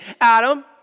Adam